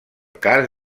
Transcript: cas